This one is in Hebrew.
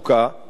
בצדק,